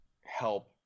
help